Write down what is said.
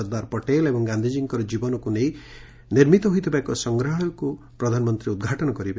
ସର୍ଦ୍ଦାର ପଟେଲ ଏବଂ ଗାଧିଜୀଙ୍କର ଜୀବନକୁ ନେଇ ନିର୍ମିତ ହୋଇଥିବା ଏକ ସଂଗ୍ରହାଳୟକୁ ପ୍ରଧାନମନ୍ତୀ ଉଦ୍ଘାଟନ କରିବେ